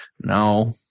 No